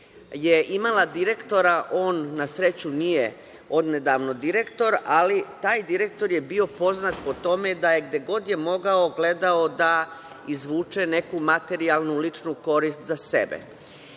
je imala direktora, on na sreću nije odnedavno direktor, ali taj direktor je bio poznat po tome da je gde god je mogao gledao da izvuče neku materijalnu ličnu korist za sebe.